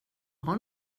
har